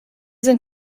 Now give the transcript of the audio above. sind